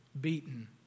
beaten